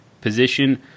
position